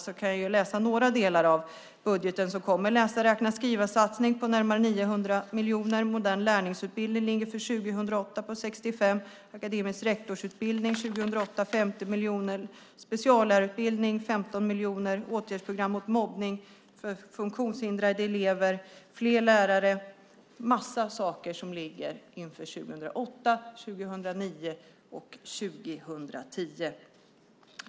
Jag kan tala om några delar av budgeten som kommer. Det kommer en läsa-räkna-skriva-satsning på närmare 900 miljoner. Satsningen på en modern lärlingsutbildning är 65 miljoner för 2008, på akademisk rektorsutbildning 50 miljoner 2008 och på speciallärarutbildning 15 miljoner. Vi satsar på åtgärdsprogram mot mobbning, på funktionshindrade elever och på fler lärare - det är en massa saker som ligger 2008, 2009 och 2010.